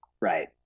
Right